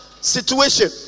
situation